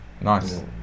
Nice